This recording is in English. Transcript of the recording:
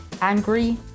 angry